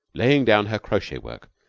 laying down her crochet-work,